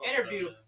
interview